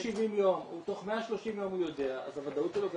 במקום 270 יום בתוך 130 יום הוא יודע אז הוודאות שלו גדלה,